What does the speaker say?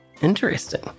Interesting